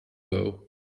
though